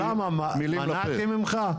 למה מנעתי ממך?